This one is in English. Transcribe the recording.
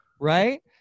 Right